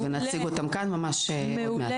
ונציג אותם כאן ממש עוד מעט.